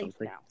now